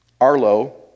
Arlo